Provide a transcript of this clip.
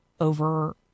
over